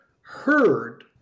heard